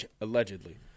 Allegedly